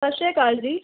ਸਤਿ ਸ਼੍ਰੀ ਅਕਾਲ ਜੀ